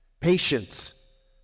Patience